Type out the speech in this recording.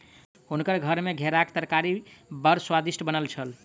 हुनकर घर मे घेराक तरकारी बड़ स्वादिष्ट बनल छल